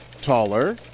taller